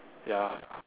ya